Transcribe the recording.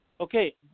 Okay